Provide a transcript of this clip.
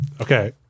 Okay